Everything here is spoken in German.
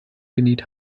genäht